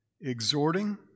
exhorting